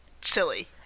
silly